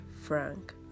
Frank